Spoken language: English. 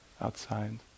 outside